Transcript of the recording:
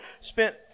spent